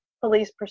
police